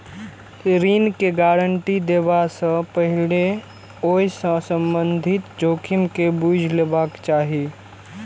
ऋण के गारंटी देबा सं पहिने ओइ सं संबंधित जोखिम के बूझि लेबाक चाही